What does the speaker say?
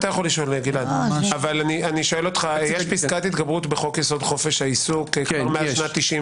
יש פסקת התגברות בחוק יסוד: חופש העיסוק מ-94'.